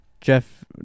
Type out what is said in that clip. Jeff